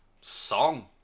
song